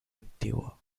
antiguo